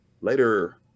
Later